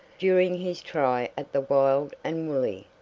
during his try at the wild and wooly.